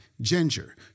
ginger